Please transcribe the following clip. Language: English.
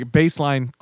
baseline